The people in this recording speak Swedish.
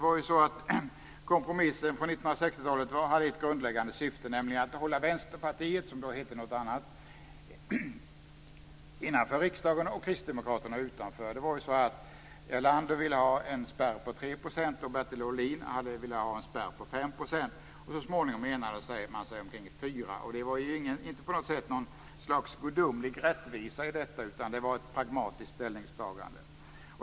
Kompromissen från 1960-talet hade ett grundläggande syfte, nämligen att hålla Vänsterpartiet, som då hette något annat, innanför riksdagen och Kristdemokraterna utanför. Erlander ville ju ha en spärr vid 3 %, Bertil Ohlin ville ha en spärr vid 5 %, och så småningom enades man vid 4 %. Det låg inte på något sätt en gudomlig rättvisa i detta, utan det var ett pragmatiskt ställningstagande.